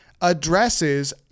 addresses